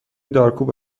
دارکوب